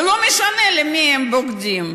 ולא משנה במי הם בוגדים,